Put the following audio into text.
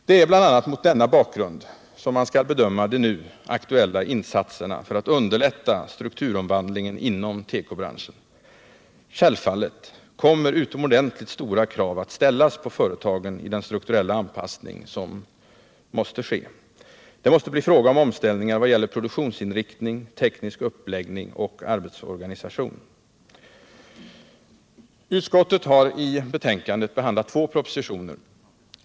Det är bl.a. mot denna bakgrund som man skall bedöma de nu aktuella insatserna för att underlätta strukturomvandlingen inom tekobranschen. Självfallet kommer utomordentligt stora krav att ställas på företagen i den strukturella anpassning som måste ske. Det måste bli fråga om omställningar vad gäller produktionsinriktning, teknisk uppläggning och arbetsorganisation. Utskottet har i betänkandet behandlat två propositioner.